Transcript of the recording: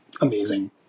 amazing